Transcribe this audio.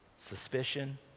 suspicion